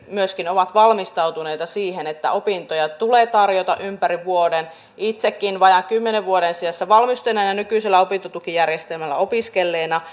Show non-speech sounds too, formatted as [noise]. myöskin ovat valmistautuneita siihen että opintoja tulee tarjota ympäri vuoden itsekin vajaan kymmenen vuoden sisässä valmistuneena nykyisellä opintotukijärjestelmällä opiskelleena [unintelligible]